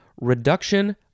Reduction